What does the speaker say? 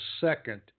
second